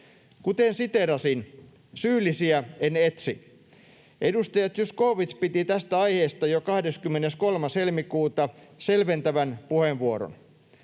Kuten siteerasin, syyllisiä en etsi. Edustaja Zyskowicz piti tästä aiheesta jo 23. helmikuuta selventävän puheenvuoron.